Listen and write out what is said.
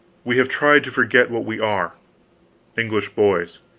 we have tried to forget what we are english boys!